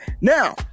Now